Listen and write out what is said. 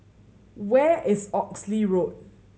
where is Oxley Road